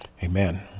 Amen